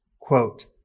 quote